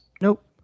nope